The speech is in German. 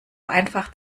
einfach